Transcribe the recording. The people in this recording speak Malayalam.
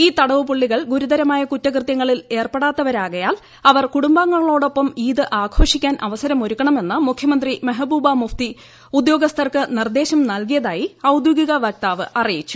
ഈ തടവുപുള്ളികൾ ഗ്ലൂർുതരമായ കുറ്റകൃത്യങ്ങളിൽ ഏർപ്പെടാത്തവരാകയാൽ അവർക്കുടുംബാംഗങ്ങളോടൊപ്പം ഈദ് ആഘോഷിക്കാൻ അവസരമൊരൂക്ക്ണമെന്ന് മുഖ്യമന്ത്രി മെഹബൂബ മുഫ്തി ഉദ്യോഗസ്ഥർക്ക് നിർദ്ദേശം നൽക്കിയിതായി ഔദ്യോഗിക വക്താവ് അറിയിച്ചു